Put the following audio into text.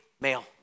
male